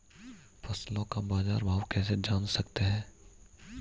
फसलों का बाज़ार भाव कैसे जान सकते हैं?